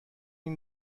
این